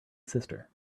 sister